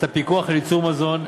את הפיקוח על ייצור מזון,